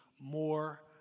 more